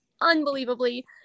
unbelievably